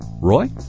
Roy